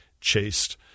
chased